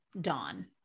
dawn